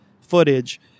footage